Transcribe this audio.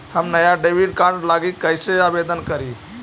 हम नया debit card लागी कईसे आवेदन करी?